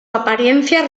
apariencia